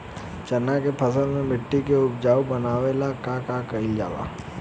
चन्ना के फसल में मिट्टी के उपजाऊ बनावे ला का कइल जाला?